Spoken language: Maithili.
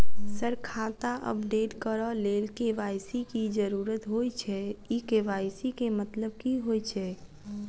सर खाता अपडेट करऽ लेल के.वाई.सी की जरुरत होइ छैय इ के.वाई.सी केँ मतलब की होइ छैय?